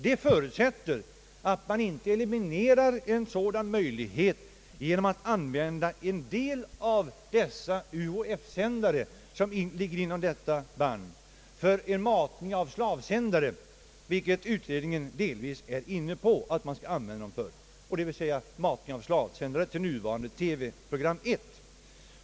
Det förutsätter emellertid att man inte eliminerar en sådan möjlighet genom att använda en del av dessa UHF-sändare som ligger inom detta band för en matning av slavsändare. Utredningen har till viss del varit inne på att man skall göra det, d.v.s. att de skulle användas till matning av slavsändare till nuvarande TV-program 1.